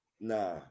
Nah